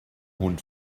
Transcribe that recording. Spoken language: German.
hund